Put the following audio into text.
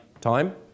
Time